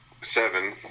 seven